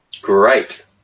Great